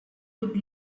would